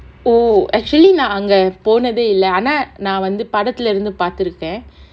oo actually நா அங்க போனதே இல்ல ஆனா நா வந்து படத்துல இருந்து பாத்திருக்கேன்:naa anga ponathae illa aanaa naa vanthu padathula irunthu paathirukkaen